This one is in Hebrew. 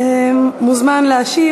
מוזמן להשיב.